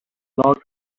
lot